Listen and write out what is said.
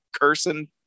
cursing